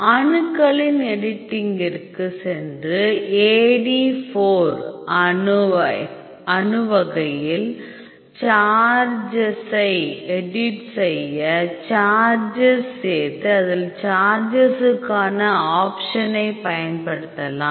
அணுக்களின் எடிட்டிற்கு சென்று AD4 அணு வகையில் சார்ஜசை எடிட் செய்ய சார்ஜஸ் சேர்த்து அதில் சார்ஜசுக்கான ஆப்ஷனை பயன்படுத்தலாம்